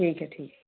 ठीक है ठीक है